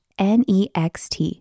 NEXT